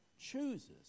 chooses